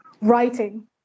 writing